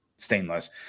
stainless